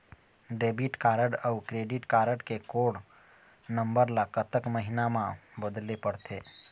Debit card अऊ credit card के code number ला कतक महीना मा बदले पड़थे?